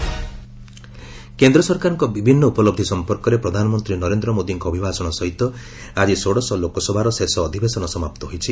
parliament adjourn କେନ୍ଦ୍ର ସରକାରଙ୍କ ବିଭିନ୍ନ ଉପଲବଧି ସମ୍ପର୍କରେ ପ୍ରଧାନମନ୍ତ୍ରୀ ନରେନ୍ଦ୍ର ମୋଦୀଙ୍କ ଅଭିଭାଷଣ ସହିତ ଆଜି ଷୋଡଶ ଲୋକସଭାର ଶେଷ ଅଧିବେଶନ ସମାପ୍ତ ହୋଇଛି